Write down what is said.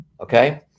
okay